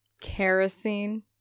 Kerosene